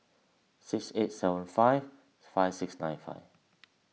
six eight seven five five six nine five